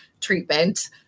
treatment